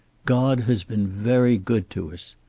god has been very good to us.